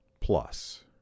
plus